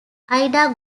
ida